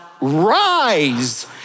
rise